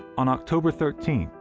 on october thirteenth,